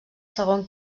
segon